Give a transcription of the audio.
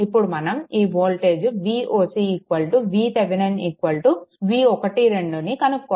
ఇప్పుడు మనం ఈ వోల్టేజ్ Voc VThevenin V12ను కనుక్కోవాలి